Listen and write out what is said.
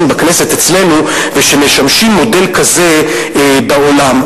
בכנסת אצלנו והם משמשים מודל כזה בעולם.